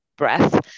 breath